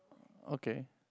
okay